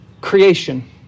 creation